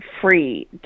free